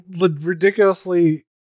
ridiculously